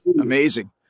Amazing